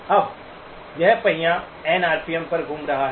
अब यह पहिया एन आरपीएम पर घूम रहा है